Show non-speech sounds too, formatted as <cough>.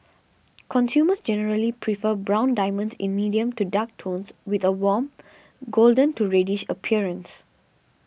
consumers generally prefer brown diamonds in medium to dark tones with a warm <noise> golden to reddish appearance